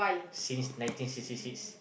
since nineteen sixty six